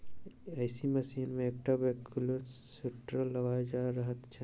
एहि मशीन मे एकटा वैक्यूम सिस्टम लगाओल रहैत छै